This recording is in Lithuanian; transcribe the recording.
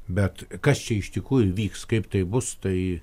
bet kas čia iš tikrųjų vyks kaip tai bus tai